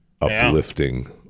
uplifting